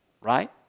Right